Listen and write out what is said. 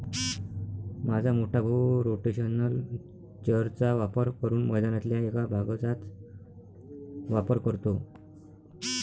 माझा मोठा भाऊ रोटेशनल चर चा वापर करून मैदानातल्या एक भागचाच वापर करतो